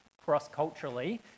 cross-culturally